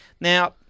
Now